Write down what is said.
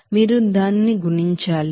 మీరు దానిని గుణించాలి